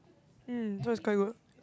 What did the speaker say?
mm so it's quite good